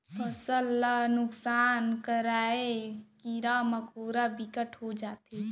फसल ल नुकसान करइया कीरा मकोरा बिकट के हो जाथे